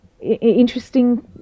interesting